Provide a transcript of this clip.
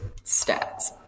stats